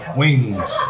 wings